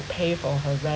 pay for her rent